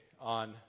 on